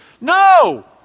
No